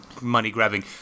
money-grabbing